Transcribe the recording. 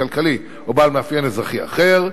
כלכלי או בעל מאפיין אזרחי אחר,